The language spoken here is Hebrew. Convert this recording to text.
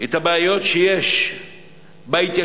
את הבעיות שיש בהתיישבות,